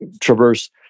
traverse